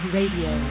Radio